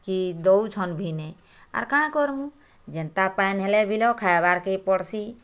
କେ ଦଉଛନ୍ ଭି ନେଇ ଆର୍ କାଣା କର୍ବୁ ଯେନ୍ତା ପାଏନ୍ ହେଲେ ବି ତ ଖାଇବାରକେ ପଡ଼ସି